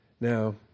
Now